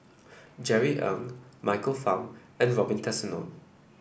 Jerry Ng Michael Fam and Robin Tessensohn